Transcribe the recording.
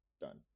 done